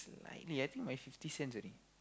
slightly I think by fifty cents only